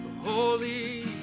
holy